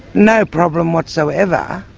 no problem whatsoever,